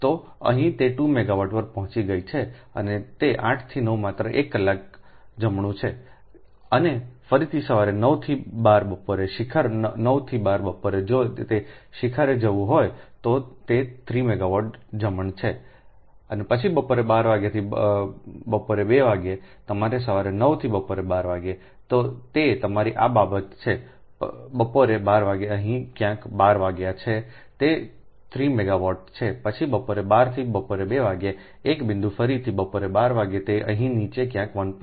તો અહીં તે 2 મેગાવાટ પર પહોંચી ગઈ છે અને તે 8 થી 9 માત્ર 1 કલાક જમણું છે અને ફરીથી સવારે 9 થી 12 બપોરે શિખર 9 થી 12 બપોરે જો તે શિખરે જવું હોય તો તે 3 મેગાવાટ જમણ છે અને પછી બપોરે 12 વાગ્યે બપોરે 2 વાગ્યે તમારી સવારે 9 થી બપોરે 12 વાગ્યે તે તમારી આ બાબત છે બપોરે 12 વાગ્યે અહીં ક્યાંક 12 વાગ્યા છે તે 3 મેગાવાટ છે પછી બપોરે 12 થી બપોરે 2 વાગ્યે એક બિંદુ ફરીથી બપોરે 12 વાગ્યે તે અહીં નીચે ક્યાંક 1